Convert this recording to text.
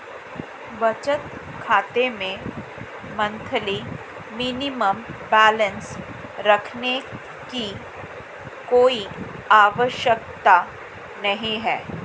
बचत खाता में मंथली मिनिमम बैलेंस रखने की कोई आवश्यकता नहीं है